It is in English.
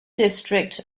district